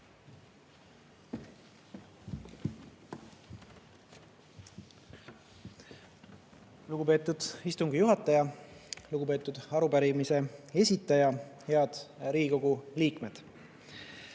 Lugupeetud istungi juhataja! Lugupeetud arupärimise esitaja! Head Riigikogu liikmed!